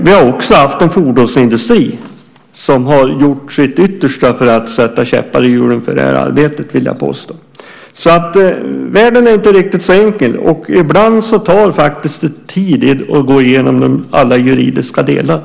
Vi har också haft en fordonsindustri som, vill jag påstå, gjort sitt yttersta för att sätta käppar i hjulet för det arbetet. Världen är alltså inte riktigt så enkel, och ibland tar det tid att gå igenom alla de juridiska aspekterna.